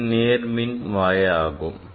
இது நேர்மின்வாய் ஆகும்